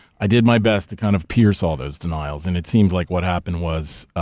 i did my best to kind of pierce all those denials. and it seems like what happened was,